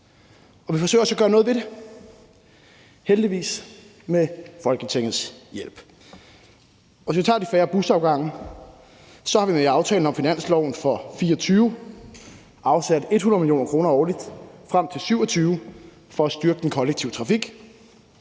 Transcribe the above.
og vi forsøger også at gøre noget ved det – heldigvis med Folketingets hjælp. Hvis vi tager de færre busafgange, så har vi med aftalen om finansloven for 2024 afsat 100 mio. kr. årligt frem til 2027 for at styrke den kollektive trafik.